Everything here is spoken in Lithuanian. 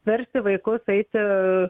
versti vaikus eiti